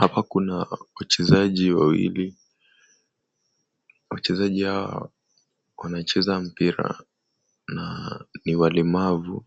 Hapa kuna wachezaji wawili. Wachezaji hawa wanacheza mpira na ni walemavu.